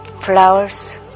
flowers